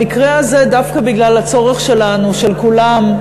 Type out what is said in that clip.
במקרה הזה, דווקא בגלל הצורך שלנו, של כולם,